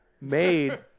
made